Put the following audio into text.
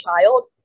child